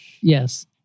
yes